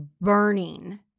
burning